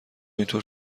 اینطور